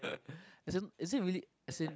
as in is it really as in